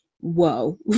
whoa